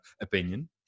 opinion